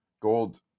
Gold